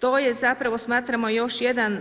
To je zapravo smatramo još jedan